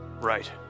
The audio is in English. right